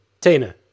Tina